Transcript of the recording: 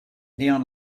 neon